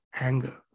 anger